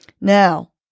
Now